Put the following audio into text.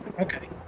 okay